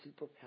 superpower